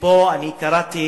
וקראתי